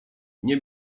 nie